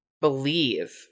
believe